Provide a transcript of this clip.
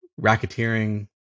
racketeering